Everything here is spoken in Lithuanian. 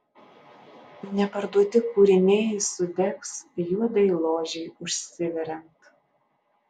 neparduoti kūriniai sudegs juodajai ložei užsiveriant